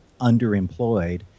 underemployed